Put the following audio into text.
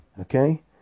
okay